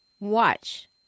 watch